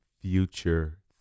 future